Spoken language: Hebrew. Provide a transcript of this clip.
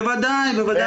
בוודאי.